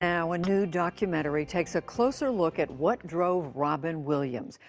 now a new documentary takes a closer look at what drove robin williams,